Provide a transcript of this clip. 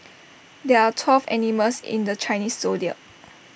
there are twelve animals in the Chinese Zodiac